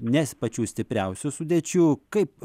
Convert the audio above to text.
nes pačių stipriausių sudėčių kaip